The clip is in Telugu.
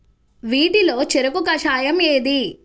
వీటిలో చెరకు కషాయం ఏది?